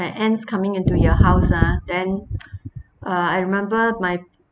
the ants coming into your house ah then uh I remember my